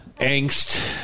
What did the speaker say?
angst